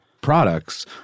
Products